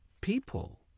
people